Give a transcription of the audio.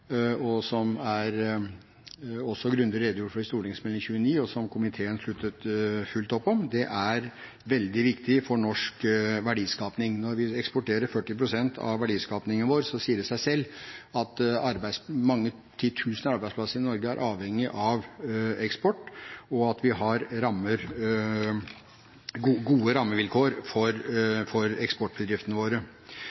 og som også er grundig redegjort for i Meld. St. 29 for 2014–2015, som komiteen sluttet fullt opp om, veldig viktig for norsk verdiskaping. Når vi eksporterer 40 pst. av verdiskapingen vår, sier det seg selv at mange titusen arbeidsplasser i Norge er avhengig av eksport, og av at vi har gode rammevilkår for